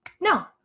No